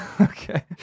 Okay